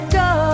go